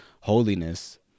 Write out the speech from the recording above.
holiness